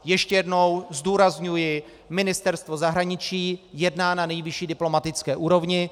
Ještě jednou zdůrazňuji, Ministerstvo zahraničí jedná na nejvyšší diplomatické úrovni.